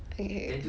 okay